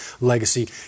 legacy